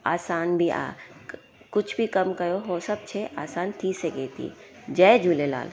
आसान बि आहे कुझु बि कमु कयो उहो सभु शइ असानु थी सघे थी जय झूलेलाल